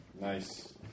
Nice